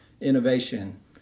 innovation